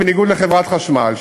בניגוד לחברת חשמל,